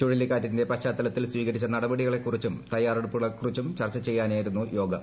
ചുഴലിക്കാറ്റിന്റെ പശ്ചാത്തലത്തിൽ സ്വീകരിച്ച നടപടികളെക്കുറിച്ചും തയ്യാറെടുപ്പുകളെക്കുറിച്ചും ചർച്ച ചെയ്യാനായിരുന്നു യോഗം